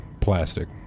Plastic